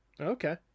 Okay